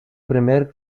primer